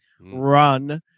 run